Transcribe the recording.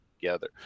together